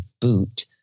boot